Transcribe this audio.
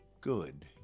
Good